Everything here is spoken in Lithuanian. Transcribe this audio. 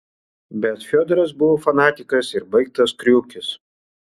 bet fiodoras buvo fanatikas ir baigtas kriukis